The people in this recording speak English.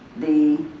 the